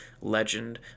legend